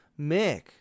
Mick